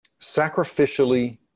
sacrificially